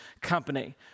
company